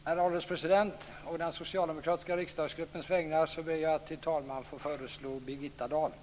Herr ålderspresident! Å den Socialdemokratiska riksdagsgruppens vägnar ber jag att till talman få föreslå Birgitta Dahl.